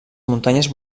muntanyes